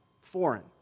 Foreign